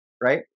right